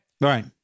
Right